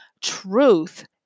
Truth